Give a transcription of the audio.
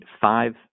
five